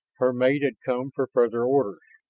her mate had come for further orders.